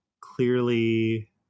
clearly